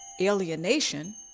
alienation